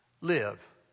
Live